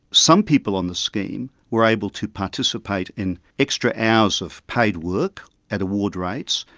some people on the scheme were able to participate in extra hours of paid work at award rates.